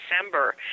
December